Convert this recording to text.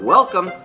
Welcome